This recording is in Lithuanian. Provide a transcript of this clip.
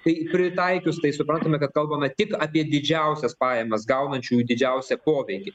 kai pritaikius tai suprantame kad kalbama tik apie didžiausias pajamas gaunančiųjų didžiausią poveikį